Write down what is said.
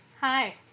Hi